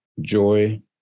joy